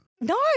No